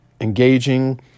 engaging